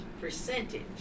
percentage